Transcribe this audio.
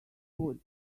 wood